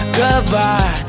goodbye